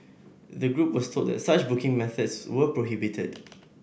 the group was told that such booking methods were prohibited